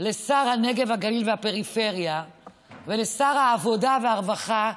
לשר הנגב, הגליל והפריפריה ולשר העבודה והרווחה: